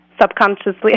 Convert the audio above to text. subconsciously